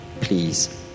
please